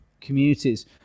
communities